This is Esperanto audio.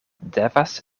devas